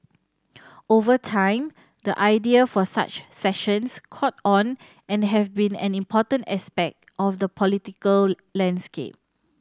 over time the idea for such sessions caught on and have be an important aspect of the political landscape